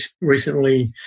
recently